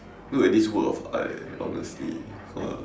look at this work of art eh honestly !wah!